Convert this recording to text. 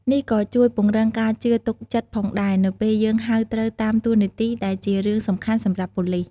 នេះក៏ជួយពង្រឹងការជឿទុកចិត្តផងដែរ នៅពេលយើងហៅត្រូវតាមតួនាទីដែលជារឿងសំខាន់សម្រាប់ប៉ូលិស។